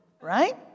Right